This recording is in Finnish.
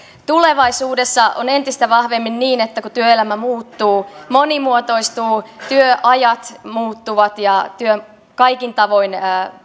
tulevaisuudessa on entistä vahvemmin niin että kun työelämä muuttuu monimuotoistuu työajat muuttuvat ja työ kaikin tavoin